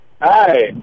Hi